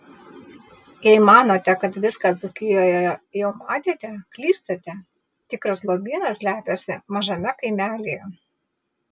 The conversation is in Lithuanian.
jei manote kad viską dzūkijoje jau matėte klystate tikras lobynas slepiasi mažame kaimelyje